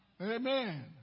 Amen